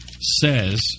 says